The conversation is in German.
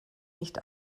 nicht